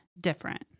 different